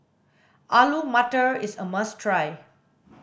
Alu Matar is a must try